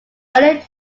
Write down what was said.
early